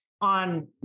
on